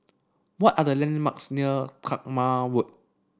what are the landmarks near Talma Road